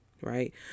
Right